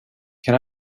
can